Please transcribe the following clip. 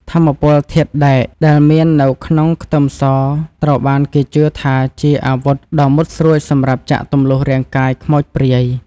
ថាមពលធាតុដែកដែលមាននៅក្នុងខ្ទឹមសត្រូវបានគេជឿថាជាអាវុធដ៏មុតស្រួចសម្រាប់ចាក់ទម្លុះរាងកាយខ្មោចព្រាយ។